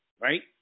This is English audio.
right